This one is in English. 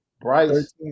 Bryce